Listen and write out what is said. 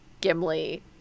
Gimli